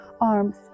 arms